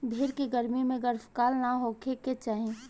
भेड़ के गर्मी में गर्भकाल ना होखे के चाही